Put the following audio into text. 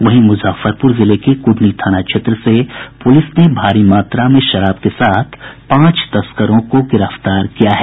इधर मुजफ्फरपुर जिले के कुढ़नी थाना क्षेत्र से पुलिस ने भारी मात्रा में शराब के साथ पांच तस्करों को गिरफ्तार किया है